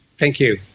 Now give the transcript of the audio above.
thank you.